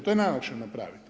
To je najlakše napravit.